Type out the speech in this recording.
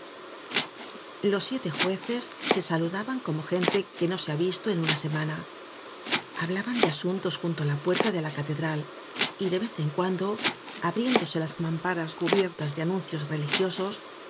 los siete jueces se saludaban como gente que no se ha visto en una semana hablaban de sus asuntos junto á la puerta de la catedral y de vez en cuando abriéndose las mámparas cubiertas de anuncios religiosos